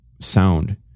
sound